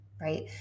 right